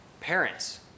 Parents